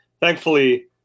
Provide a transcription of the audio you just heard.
thankfully